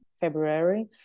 February